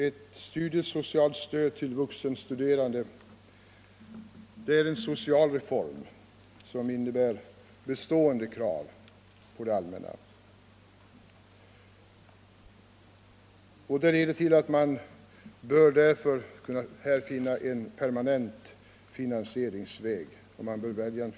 Ett studiesocialt stöd till vuxenstuderande är en social reform, som innebär bestående krav på det allmänna. För detta stöd bör därför en permanent finansieringsväg väljas.